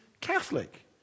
Catholic